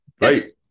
right